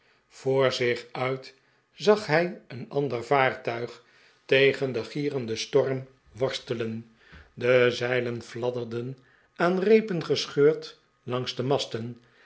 voor zich uit zag hij een ander vaartuig tegen den gierenden storm worstelen de zeilen fladderden aan reepen gescheurd langs de mas